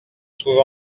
trouve